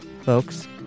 folks